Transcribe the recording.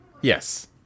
Yes